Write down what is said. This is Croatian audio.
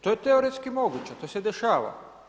To je teoretski moguće, to se dešava.